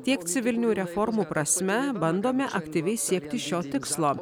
tiek civilinių reformų prasme bandome aktyviai siekti šio tikslo